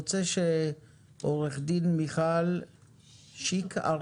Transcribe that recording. עורכת דין מיכל שיק הר